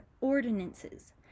ordinances